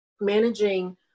managing